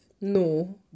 No